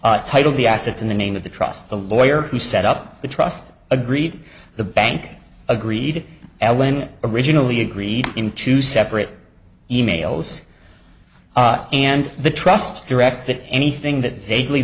card title the assets in the name of the trust the lawyer who set up the trust agreed the bank agreed ellyn originally agreed in two separate e mails and the trust directs that anything that vaguely